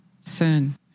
sin